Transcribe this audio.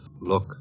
look